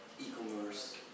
e-commerce